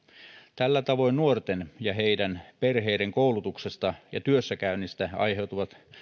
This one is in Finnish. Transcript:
tällä tavoin nuorten ja heidän perheidensä koulutuksesta ja työssäkäynnistä aiheutuvat